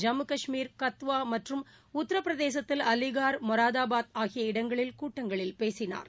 ஜம்மு கஷ்மீர் கத்துவா மற்றும் உத்தரப்பிரதேசத்தில் அலிகார் மொராதாபாத் ஆகிய இடங்களில் கூட்டங்களில் பேசினார்